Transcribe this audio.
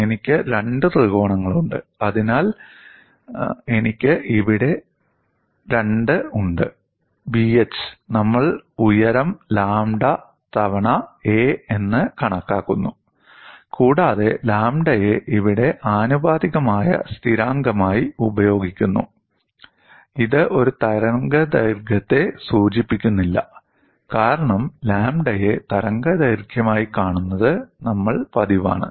എനിക്ക് രണ്ട് ത്രികോണങ്ങളുണ്ട് അതിനാൽ എനിക്ക് ഇവിടെ രണ്ട് ഉണ്ട് പകുതി BH നമ്മൾ ഉയരം ലാംഡ തവണ a എന്ന് കണക്കാക്കുന്നു കൂടാതെ ലാംഡയെ ഇവിടെ ആനുപാതികമായ സ്ഥിരാങ്കമായി ഉപയോഗിക്കുന്നു ഇത് ഒരു തരംഗദൈർഘ്യത്തെ സൂചിപ്പിക്കുന്നില്ല കാരണം ലാംഡയെ തരംഗദൈർഘ്യമായി കാണുന്നത് നമ്മൾ പതിവാണ്